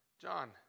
John